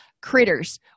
critters